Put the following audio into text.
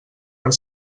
per